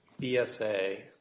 bsa